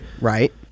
right